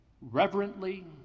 reverently